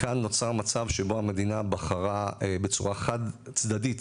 כאן נוצר מצב שבו המדינה בחרה בצורה חד צדדית